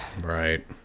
Right